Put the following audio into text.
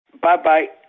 Bye-bye